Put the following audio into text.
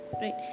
Right